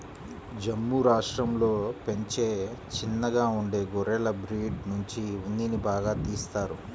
జమ్ము రాష్టంలో పెంచే చిన్నగా ఉండే గొర్రెల బ్రీడ్ నుంచి ఉన్నిని బాగా తీత్తారు